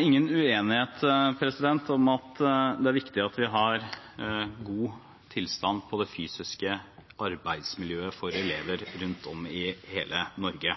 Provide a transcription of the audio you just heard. ingen uenighet om at det er viktig at vi har god tilstand på det fysiske arbeidsmiljøet for elever rundt om i hele Norge.